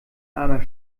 armer